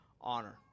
Honor